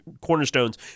cornerstones